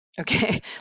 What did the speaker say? Okay